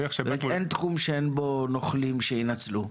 אין תחום שאין בו נוכלים שינצלו,